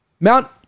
Mount